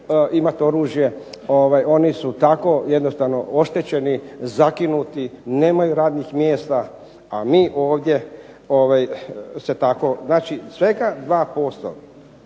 imati oružje. Oni su tako oštećeni, zakinuti, nemaju radnih mjesta. A mi ovdje se tako. Znači svega 2%